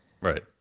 right